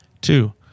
Two